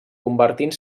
convertint